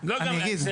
לא, אני אגיד.